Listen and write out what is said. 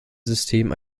system